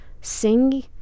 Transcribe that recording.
sing